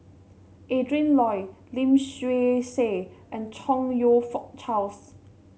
Adrin Loi Lim Swee Say and Chong You Fook Charles